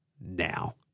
now